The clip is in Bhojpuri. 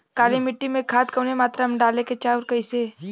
काली मिट्टी में खाद कवने मात्रा में डाले के चाही अउर कइसे?